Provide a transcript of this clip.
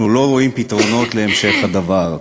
אנחנו לא רואים פתרונות להמשך הדבר.